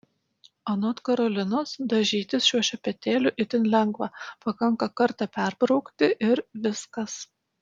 anot karolinos dažytis šiuo šepetėliu itin lengva pakanka kartą perbraukti ir viskas